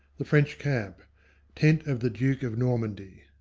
the french camp tent of the duke of normandy.